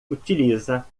utiliza